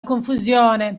confusione